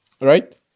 Right